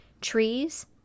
trees